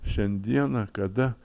šiandieną kada